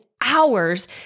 hours